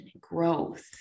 growth